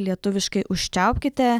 lietuviškai užčiaupkite